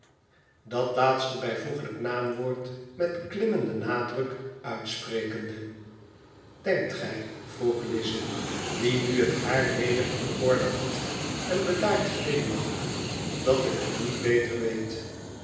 dat laatste bijvoeglijke naamwoord met klimmenden nadruk uitsprekende denkt gij vroeg lize die nu het haar weder in orde had en bedaard glimlachte dat ik het niet beter weet